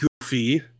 goofy